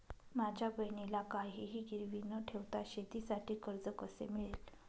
माझ्या बहिणीला काहिही गिरवी न ठेवता शेतीसाठी कर्ज कसे मिळेल?